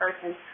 person